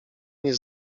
nie